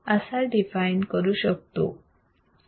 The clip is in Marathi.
असा डिफाइन करू शकतो